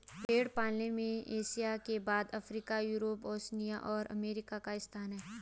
भेंड़ पालन में एशिया के बाद अफ्रीका, यूरोप, ओशिनिया और अमेरिका का स्थान है